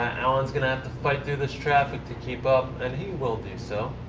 allan's gonna have to fight through this traffic to keep up. and he will do so.